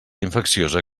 infecciosa